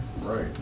Right